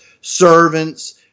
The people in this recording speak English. servants